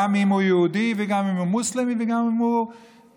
גם אם הוא יהודי וגם אם הוא מוסלמי וגם אם הוא זר,